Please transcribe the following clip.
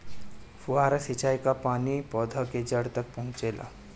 फुहारा सिंचाई का पानी पौधवा के जड़े तक पहुचे ला?